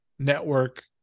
Network